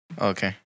Okay